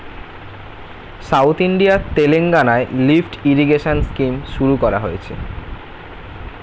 south ইন্ডিয়ার তেলেঙ্গানায় lift irrigation scheme শুরু করা হয়েছে